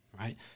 Right